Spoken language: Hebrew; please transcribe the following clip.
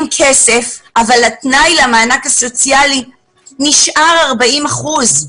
כסף אבל התנאי למענק הסוציאלי נשאר 40 אחוזים.